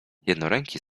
jednoręki